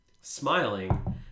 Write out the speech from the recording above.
smiling